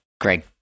Greg